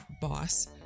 boss